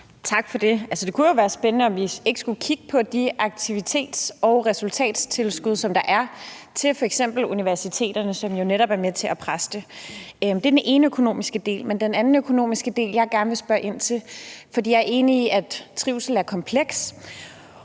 Tak for det. Det kunne jo være spændende at høre, om vi ikke skulle kigge på de aktivitets- og resultattilskud, som der er til f.eks. universiteterne, som jo netop er med til at presse det. Det er den ene økonomiske del, men det er en anden økonomisk del, jeg gerne vil spørge ind til. Jeg er enig i, at trivsel er kompleks,